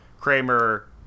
Kramer